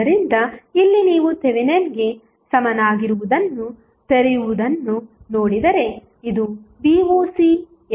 ಆದ್ದರಿಂದ ಇಲ್ಲಿ ನೀವು ಥೆವೆನಿನ್ಗೆ ಸಮನಾಗಿರುವುದನ್ನು ತೆರೆಯುವುದನ್ನು ನೋಡಿದರೆ ಇದು voc